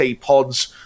Pods